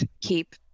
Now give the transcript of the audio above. keep